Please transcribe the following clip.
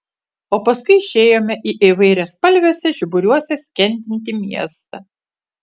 o paskui išėjome į įvairiaspalviuose žiburiuose skendintį miestą